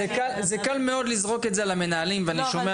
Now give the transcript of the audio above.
זה קל מאוד לזרוק את זה על המנהלים ואני שומע